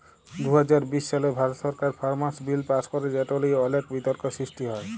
দু হাজার বিশ সালে ভারত সরকার ফার্মার্স বিল পাস্ ক্যরে যেট লিয়ে অলেক বিতর্ক সৃষ্টি হ্যয়